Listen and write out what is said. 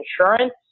insurance